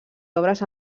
obres